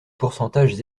pourcentages